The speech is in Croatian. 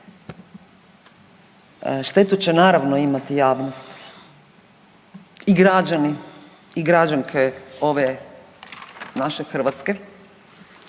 štetu će naravno imati javnost i građani i građanke ove naše Hrvatske,